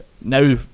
now